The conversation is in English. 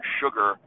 sugar